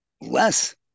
less